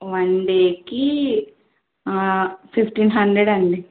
one డేకి fifteen hundred అండి